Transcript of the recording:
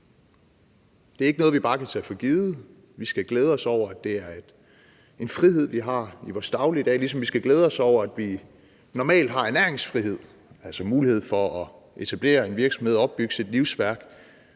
Det er ikke noget, vi bare kan tage for givet. Vi skal glæde os over, at det er en frihed, vi har i vores dagligdag, ligesom vi skal glæde os over, at vi normalt har næringsfrihed, altså mulighed for at etablere en virksomhed og opbygge sit livsværk